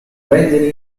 prende